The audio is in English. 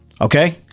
okay